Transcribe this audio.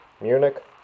Munich